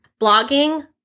Blogging